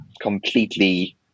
completely